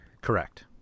Correct